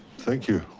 thank you.